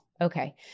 Okay